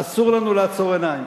אסור לנו לעצום עיניים,